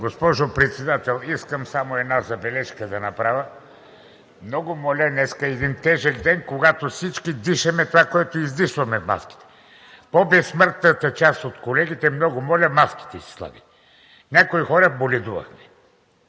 Госпожо Председател, искам само една забележка да направя. Много моля, днес е един тежък ден, когато всички дишаме това, което издишваме в маските. По-безсмъртната част от колегите – много моля, маските си слагайте! Някой хора боледуват